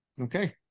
Okay